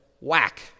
whack